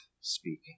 speaking